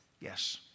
Yes